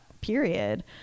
period